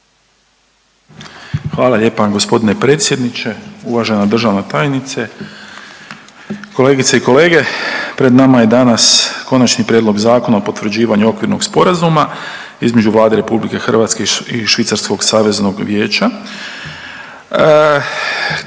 Hvala lijepa. Gospodine predsjedniče, uvažena državna tajnice, kolegice i kolege. Pred nama je danas Konačni prijedlog Zakona o potvrđivanju Okvirnog sporazuma između Vlade RH i Švicarskog saveznog vijeća,